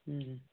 হুম হুম